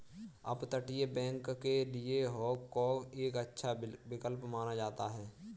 अपतटीय बैंक के लिए हाँग काँग एक अच्छा विकल्प माना जाता है